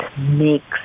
makes